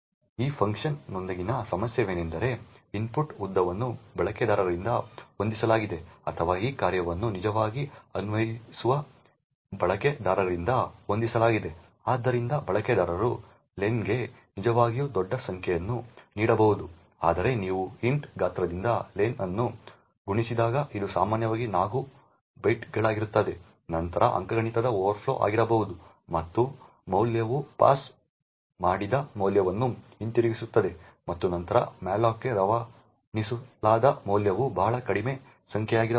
ಈ ಫಂಕ್ಷನ್ನೊಂದಿಗಿನ ಸಮಸ್ಯೆಯೆಂದರೆ ಇನ್ಪುಟ್ ಉದ್ದವನ್ನು ಬಳಕೆದಾರರಿಂದ ಹೊಂದಿಸಲಾಗಿದೆ ಅಥವಾ ಈ ಕಾರ್ಯವನ್ನು ನಿಜವಾಗಿ ಅನ್ವಯಿಸುವ ಬಳಕೆದಾರರಿಂದ ಹೊಂದಿಸಲಾಗಿದೆ ಆದ್ದರಿಂದ ಬಳಕೆದಾರರು ಲೆನ್ಗೆ ನಿಜವಾಗಿಯೂ ದೊಡ್ಡ ಸಂಖ್ಯೆಯನ್ನು ನೀಡಬಹುದು ಅಂದರೆ ನೀವು ಇಂಟ್ನ ಗಾತ್ರದಿಂದ ಲೆನ್ ಅನ್ನು ಗುಣಿಸಿದಾಗ ಇದು ಸಾಮಾನ್ಯವಾಗಿ 4 ಬೈಟ್ಗಳಾಗಿರುತ್ತದೆ ನಂತರ ಅಂಕಗಣಿತದ ಓವರ್ಫ್ಲೋ ಆಗಿರಬಹುದು ಮತ್ತು ಮೌಲ್ಯವು ಪಾಸ್ ಮಾಡಿದ ಮೌಲ್ಯವನ್ನು ಹಿಂತಿರುಗಿಸುತ್ತದೆ ಮತ್ತು ನಂತರ malloc ಗೆ ರವಾನಿಸಲಾದ ಮೌಲ್ಯವು ಬಹಳ ಕಡಿಮೆ ಸಂಖ್ಯೆಯಾಗಿರಬಹುದು